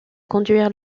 conduire